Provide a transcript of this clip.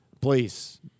please